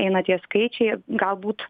eina tie skaičiai galbūt